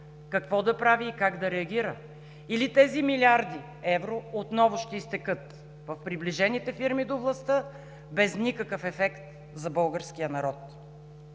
какво да прави и как да реагира или тези милиарди евро отново ще изтекат в приближените фирми до властта без никакъв ефект за българския народ?